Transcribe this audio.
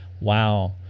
wow